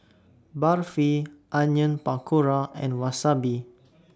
Barfi Onion Pakora and Wasabi